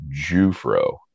Jufro